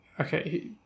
Okay